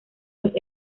los